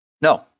No